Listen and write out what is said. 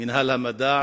אנשי מינהל המדע,